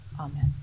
Amen